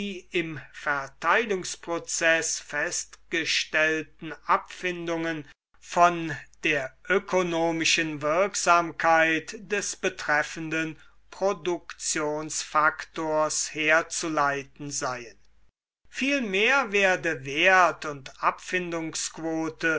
im verteilungsprozeß festgestellten abfindungen von der ökonomischen wirksamkeit des betreffenden produktionsfaktors herzuleiten seien i vielmehr werde wert und